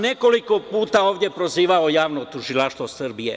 Nekoliko puta sam ovde prozivao Javno tužilaštvo Srbije.